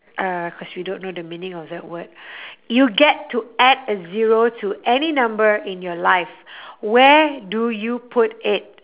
uh cause we don't know the meaning of that word you get to add a zero to any number in your life where do you put it